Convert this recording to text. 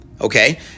Okay